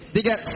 Diga